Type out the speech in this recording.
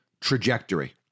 trajectory